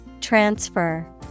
Transfer